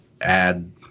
add